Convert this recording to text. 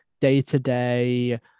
day-to-day